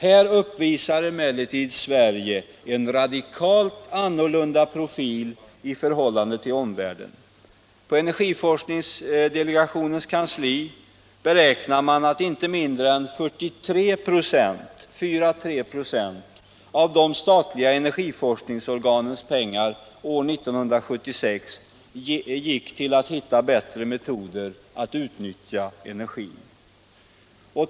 Här uppvisar emellertid Sverige en radikalt annorlunda profil. På energiforskningsdelegationens kansli beräknar man att inte mindre än 43 96 av de statliga energiforskningsorganens pengar år 1976 gick till att hitta bättre metoder att utnyttja energi.